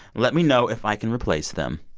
let me know if i can replace them.